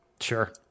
sure